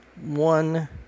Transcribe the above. one